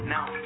Now